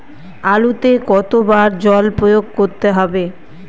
আলুতে কতো বার জল প্রয়োগ করতে হবে?